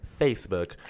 Facebook